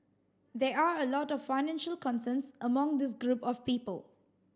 there are a lot of financial concerns among this group of people